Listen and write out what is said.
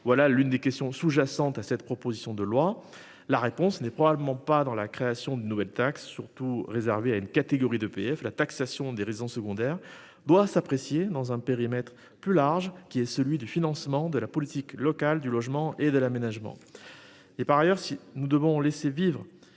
Voilà l'une des questions sous-jacentes à cette proposition de loi, la réponse n'est probablement pas dans la création de nouvelles taxes surtout réservé à une catégorie de PF la taxation des raisons secondaire doit s'apprécier dans un périmètre plus large, qui est celui du financement de la politique locale du logement et de l'aménagement. Et par ailleurs, si nous devons laisser vivre